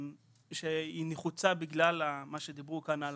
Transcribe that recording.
שהיא נחוצה בגלל מה שדיברו כאן על